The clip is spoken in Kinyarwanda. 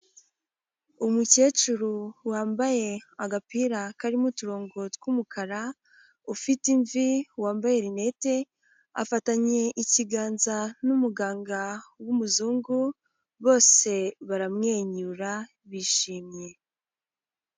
Umukecuru wambaye agapira karimo uturongo tw'umukara, ufite imvi, wambaye linete, afatanye ikiganza n'umuganga w'umuzungu, bose baramwenyura bishimye.